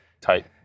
tight